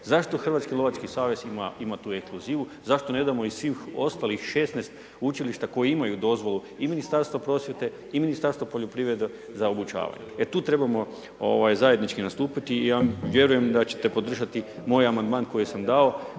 Zašto Hrvatski lovački savez ima tu ekskluzivu, zašto ne damo svih ostalih 16 učilišta koji imaju dozvolu i Ministarstva prosvjete i Ministarstva poljoprivrede za obučavanje, e tu trebamo ovaj zajednički nastupiti i ja vjerujem da ćete podržati moj amandman koji sam dao